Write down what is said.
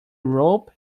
rope